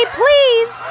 please